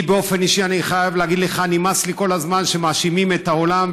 באופן אישי אני חייב להגיד לך: נמאס לי שכל הזמן מאשימים את העולם,